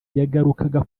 yagarukaga